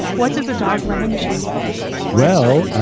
what does a dog running as you look like? well, ah